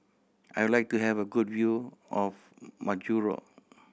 I would like to have a good view of Majuro